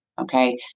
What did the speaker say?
Okay